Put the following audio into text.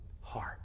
heart